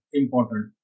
important